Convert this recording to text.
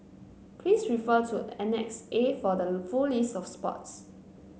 please refer to Annex A for the full list of sports